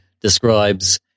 describes